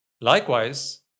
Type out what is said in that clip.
Likewise